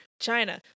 China